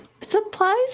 Supplies